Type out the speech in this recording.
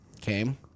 Came